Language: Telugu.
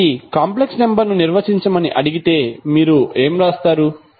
కాబట్టి కాంప్లెక్స్ నెంబర్ ను నిర్వచించమని అడిగితే మీరు ఏమి వ్రాస్తారు